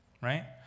right